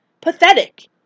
pathetic